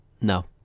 No